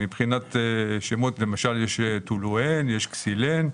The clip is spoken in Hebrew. למשל יש טולואן, יש קסילן,